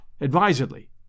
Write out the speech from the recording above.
advisedly